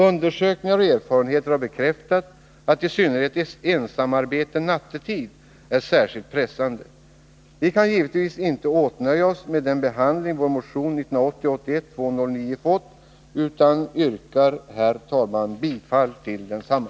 Undersökningar och erfarenheter har bekräftat att i synnerhet ensamarbete nattetid är särskilt pressande. Vi kan givetvis inte åtnöja oss med den behandling vår motion 1980/81:209 fått utan yrkar, herr talman, bifall till densamma.